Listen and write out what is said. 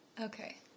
Okay